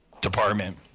department